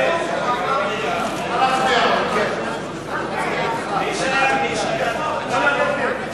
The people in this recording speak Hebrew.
הצעת סיעות מרצ בל"ד רע"ם-תע"ל חד"ש להביע אי-אמון בממשלה לא